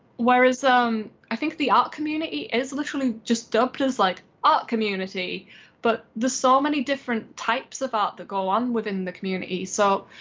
where is um i think the art community is literally just dubbed as like art community but there's so many different types of art that go on within the community. so,